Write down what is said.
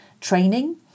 training